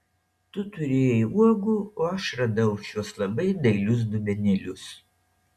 tu turėjai uogų o aš radau šiuos labai dailius dubenėlius